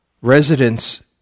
Residents